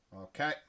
Okay